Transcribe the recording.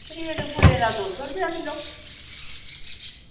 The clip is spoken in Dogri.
रेट फुल्लें दा दौ सौ रपेआ किलो